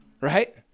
right